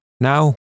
now